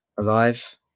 alive